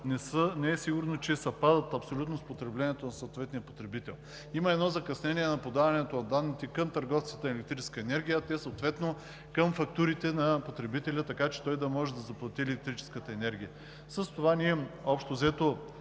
не е сигурно, че съвпадат абсолютно с потреблението на съответния потребител. Има едно закъснение на подаването на данните към търговците на електрическа енергия, а те съответно към фактурите на потребителя, така че той да може да заплати електрическата енергия. С това ние общо взето